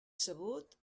sabut